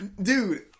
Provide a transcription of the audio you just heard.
Dude